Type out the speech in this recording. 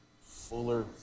fuller